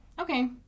Okay